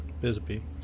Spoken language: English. Bisbee